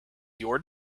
your